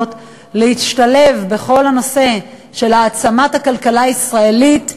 להשתלב בכל הנושא של העצמת הכלכלה הישראלית,